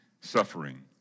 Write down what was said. Suffering